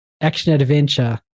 action-adventure